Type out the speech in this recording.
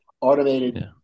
automated